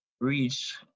reach